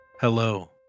Hello